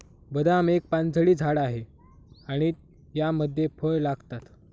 बदाम एक पानझडी झाड आहे आणि यामध्ये फळ लागतात